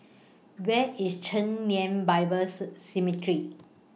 Where IS Chen Lien Bible